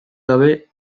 gabe